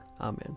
Amen